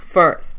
first